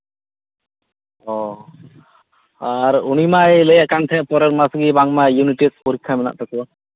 ᱚ ᱟᱨ ᱩᱱᱤ ᱢᱟᱭ ᱞᱟᱹᱭ ᱮᱫ ᱛᱟᱸᱦᱮᱫ ᱯᱚᱨᱮᱨ ᱢᱟᱥ ᱜᱮᱵᱟᱝᱢᱟ ᱤᱭᱩᱱᱤᱴ ᱴᱮᱥᱴ ᱯᱚᱨᱤᱠᱠᱷᱟ ᱢᱮᱱᱟᱜ ᱛᱟᱠᱚᱣᱟ